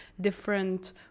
different